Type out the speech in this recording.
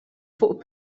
fuq